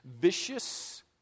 vicious